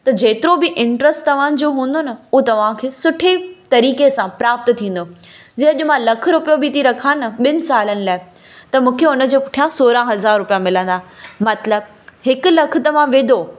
त जेतिरो बि इंटरस्ट तव्हां जो हूंदो न तव्हां खे सुठे तरीक़े सां प्राप्त थींदो अॼु मां लखु रुपिया बि थी रखां न ॿिनि सालनि लाइ त मूंखे उन जे पुठियां सोरहं हज़ार रुपिया मिलंदा मतिलबु हिकु लखु त मां विधो